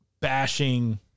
bashing